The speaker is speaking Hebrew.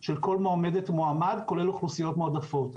של כל מועמדת ומועמד כולל אוכלוסיות מועדפות.